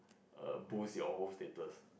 err boost your own status